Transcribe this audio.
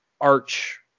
arch